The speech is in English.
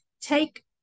take